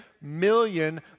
million